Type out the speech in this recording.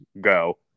go